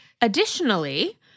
Additionally